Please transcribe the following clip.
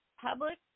Public